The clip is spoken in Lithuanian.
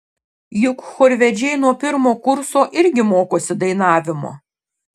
juk chorvedžiai nuo pirmo kurso irgi mokosi dainavimo